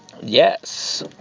Yes